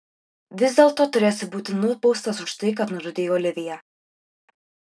vis dėlto turėsi būti nubaustas už tai kad nužudei oliviją